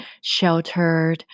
sheltered